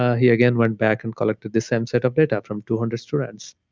ah he again went back and collected the same set of data from two hundred students.